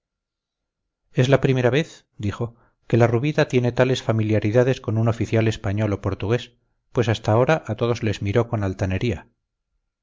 es la primera vez dijo que la rubita tiene tales familiaridades con un oficial español o portugués pues hasta ahora a todos les miró con altanería